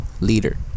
leader